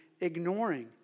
ignoring